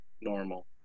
normal